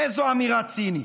איזו אמירה צינית.